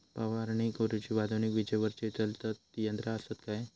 फवारणी करुची आधुनिक विजेवरती चलतत ती यंत्रा आसत काय?